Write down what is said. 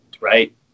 right